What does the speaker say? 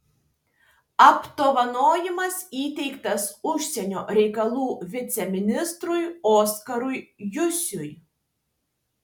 apdovanojimas įteiktas užsienio reikalų viceministrui oskarui jusiui